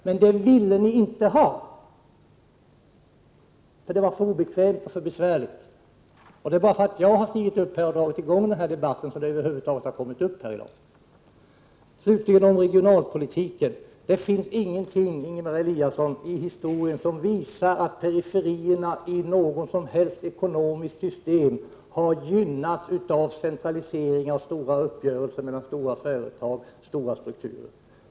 Men det ville ni inte, för det var för obekvämt och besvärligt. Det är enbart därför att jag dragit i gång den här debatten som frågan över huvud taget har kommit upp i dag. Slutligen något om regionalpolitiken. Det finns ingenting i historien, Ingemar Eliasson, när det gäller periferierna i något som helst ekonomiskt system som visar att centralisering, stora uppgörelser mellan stora företag och omfattande strukturer har varit gynnsamma.